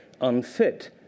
unfit